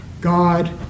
God